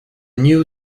new